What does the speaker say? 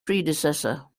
predecessor